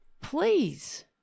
Please